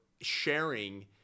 sharing